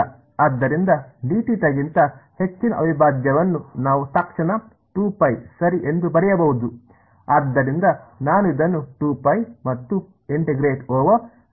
ಆದ್ದರಿಂದ ಗಿಂತ ಹೆಚ್ಚಿನ ಅವಿಭಾಜ್ಯವನ್ನು ನಾವು ತಕ್ಷಣ ಸರಿ ಎಂದು ಬರೆಯಬಹುದು